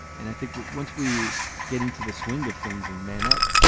and i think once we get into the swing of things and man up,